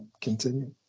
continue